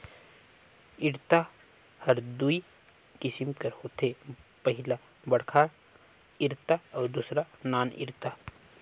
इरता हर दूई किसिम कर होथे पहिला बड़खा इरता अउ दूसर नान इरता